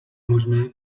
možné